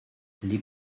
les